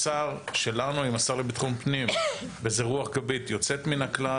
השר שלנו עם השר לביטחון פנים ברוח גבית יוצאת מן הכלל.